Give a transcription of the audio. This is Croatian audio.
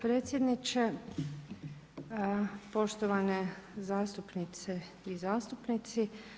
Predsjedniče, poštovane zastupnice i zastupnici.